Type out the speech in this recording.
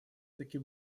таки